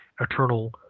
eternal